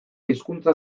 hizkuntza